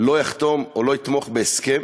לא אחתום או לא אתמוך בהסכם